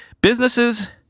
businesses